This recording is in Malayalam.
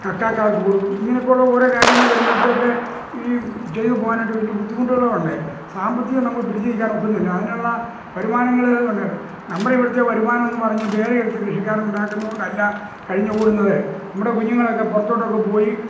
കക്കാക്കാർക്ക് കൊടുക്കും ഇങ്ങനെയൊക്കെയുള്ള ഓരോ കാര്യങ്ങള് വരുമ്പോഴത്തേയ്ക്ക് ഈ ചെയ്തുപോവാനായിട്ട് വലിയ ബുദ്ധിമുട്ടുകളുണ്ട് സാമ്പത്തികം നമുക്ക് പിടിച്ചുനില്ക്കാനൊക്കുന്നില്ല അതിനുള്ള വരുമാനങ്ങള് നമ്മളിവിടുത്തെ വരുമാനമെന്ന് പറഞ്ഞ് വേലയെടുത്ത് കൃഷിക്കാരനുണ്ടാക്കുന്നത് കൊണ്ടല്ല കഴിഞ്ഞുകൂടുന്നത് നമ്മുടെ കുഞ്ഞുങ്ങളൊക്കെ പുറത്തോട്ടൊക്കെപ്പോയി